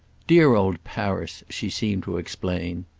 dear old paris, she seemed to explain.